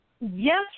Yes